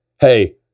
hey